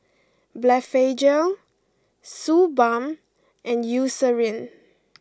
Blephagel Suu balm and Eucerin